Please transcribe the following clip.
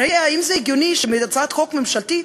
הרי האם זה הגיוני שהצעת חוק ממשלתית,